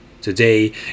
Today